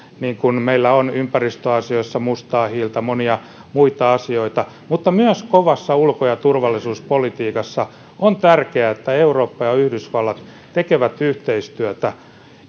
niin kuin meillä on ympäristöasioissa mustaa hiiltä monia muita asioita mutta myös kovassa ulko ja turvallisuuspolitiikassa on tärkeää että eurooppa ja yhdysvallat tekevät yhteistyötä